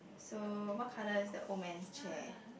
so what colour is the old man's chair